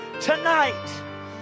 tonight